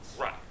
Right